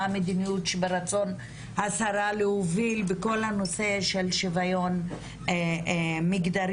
מה המדיניות שברצון השרה להוביל בכל הנושא של שוויון מגדרי,